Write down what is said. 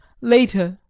later,